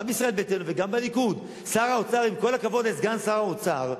גם בישראל ביתנו וגם בליכוד: עם כל הכבוד לסגן שר האוצר,